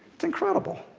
it's incredible.